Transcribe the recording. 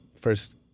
first